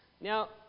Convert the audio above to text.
Now